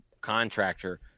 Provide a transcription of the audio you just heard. contractor